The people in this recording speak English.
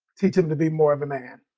teach him to be more of a man.